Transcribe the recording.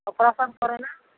operation ᱠᱚᱨᱮᱱᱟᱜ